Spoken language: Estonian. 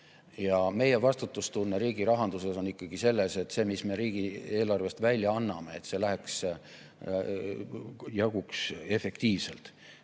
Ja meie vastutustunne riigi rahanduses on ikkagi selles, et seda, mis me riigieelarvest välja anname, jaguks efektiivselt.